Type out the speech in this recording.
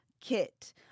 kit